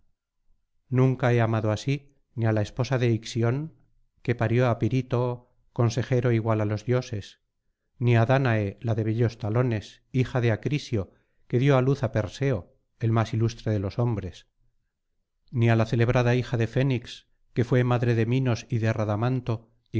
nunca he amado así ni á la esposa de ixión que parió á pirítoo consejero igual á los dioses ni á dánae la de bellos talones hija de acrisio que dio á luz á perseo el más ilustre de los hombres ni á la celebrada hija de fénix que fué madre de minos y de radamanto